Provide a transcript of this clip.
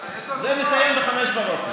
את זה נסיים ב-05:00.